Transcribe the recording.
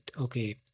okay